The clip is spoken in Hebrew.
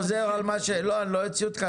לא אני לא אוציא אותך,